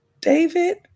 David